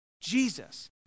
Jesus